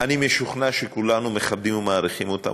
אני משוכנע שכולנו מכבדים ומעריכים אותם,